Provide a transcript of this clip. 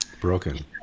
broken